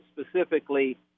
specifically